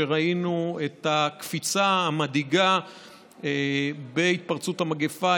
שבהם ראינו את הקפיצה המדאיגה בהתפרצות המגפה,